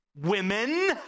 Women